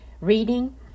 reading